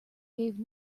gave